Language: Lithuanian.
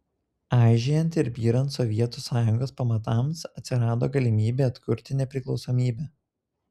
aižėjant ir byrant sovietų sąjungos pamatams atsirado galimybė atkurti nepriklausomybę